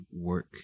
work